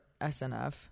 SNF